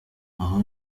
aho